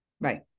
Right